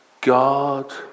God